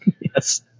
Yes